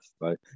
Right